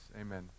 amen